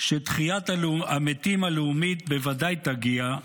שתחיית המתים הלאומית בוודאי תגיע,